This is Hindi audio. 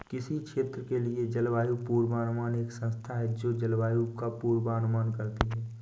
किसी क्षेत्र के लिए जलवायु पूर्वानुमान एक संस्था है जो जलवायु का पूर्वानुमान करती है